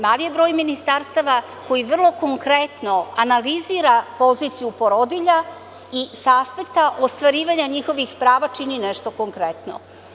Mali je broj ministarstava koji vrlo konkretno analizira poziciju porodilja i sa aspekta ostvarivanja njihovih prava čini nešto konkretno.